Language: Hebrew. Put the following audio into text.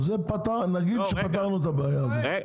אז נגיד שפתרנו את הבעיה הזאת.